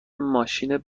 ماشین